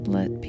Let